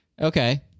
Okay